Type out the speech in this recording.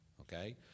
okay